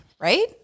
right